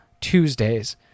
Tuesdays